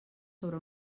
sobre